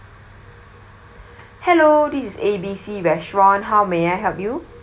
hello this is A B C restaurant how may I help you